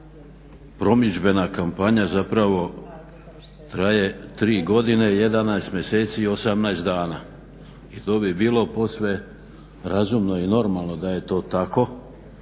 promidžbena kampanja zapravo traje 3 godine 11 mjeseci i 18 dana. I to bi bilo posve razumno i normalno da je to tako,